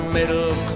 Middle